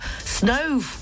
snow